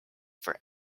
for